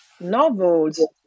novels